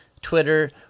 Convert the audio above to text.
Twitter –